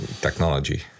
technology